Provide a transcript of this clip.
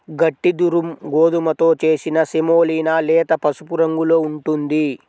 గట్టి దురుమ్ గోధుమతో చేసిన సెమోలినా లేత పసుపు రంగులో ఉంటుంది